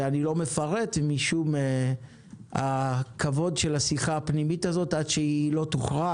ואני לא מפרט משום הכבוד של השיחה הפנימית הזאת עד שהיא תוכרע,